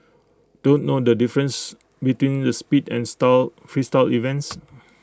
don't know the difference between the speed and style Freestyle events